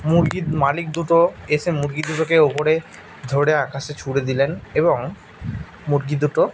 মুরগির মালিক দুটো এসে মুরগি দুটোকে ওপরে ধরে আকাশে ছুঁড়ে দিলেন এবং মুরগি দুটো